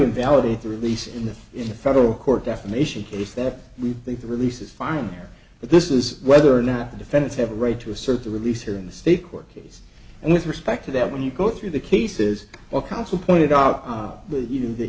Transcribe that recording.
invalidate the release in the in the federal court definition is that we think the releases fine but this is whether or not the defendants have a right to assert the release here in the state court case and with respect to that when you go through the cases or counsel pointed out that you know the